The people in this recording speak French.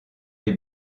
des